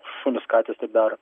šunys katės taip daro